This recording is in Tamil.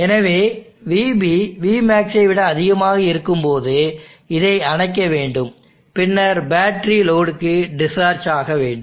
எனவே vB vmax ஐ விட அதிகமாக இருக்கும்போது இதை அணைக்க வேண்டும் பின்னர் பேட்டரி லோடுக்கு டிஸ்சார்ஜ் ஆக வேண்டும்